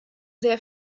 sehr